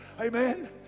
Amen